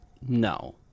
no